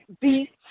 beats